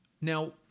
Now